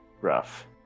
rough